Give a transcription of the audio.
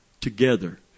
together